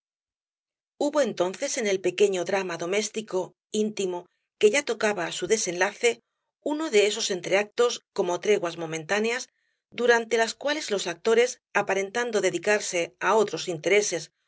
hubo entonces en el pequeño drama doméstico intimo que ya tocaba á su desenlace uno de esos entreactos como treguas momentáneas durante las cuales los actores aparentando dedicarse á otros